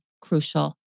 crucial